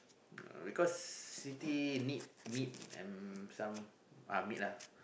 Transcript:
because Siti need meat and some uh meat lah